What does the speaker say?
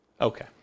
Okay